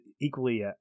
equally